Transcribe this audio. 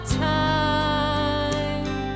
time